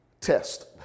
test